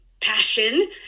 passion